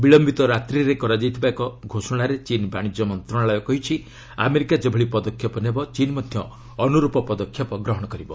ବିଳୟିତ ରାତ୍ରିରେ କରାଯାଇଥିବା ଏକ ଘୋଷଣାରେ ଚୀନ୍ ବାଶିଜ୍ୟ ମନ୍ତ୍ରଣାଳୟ କହିଛି ଆମେରିକା ଯେଭଳି ପଦକ୍ଷେପ ନେବ ଚୀନ୍ ମଧ୍ୟ ଅନୁରୂପ ପଦକ୍ଷେପ ଗ୍ରହଣ କରିବ